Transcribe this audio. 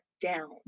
down